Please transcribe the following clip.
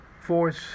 force